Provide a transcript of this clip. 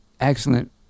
excellent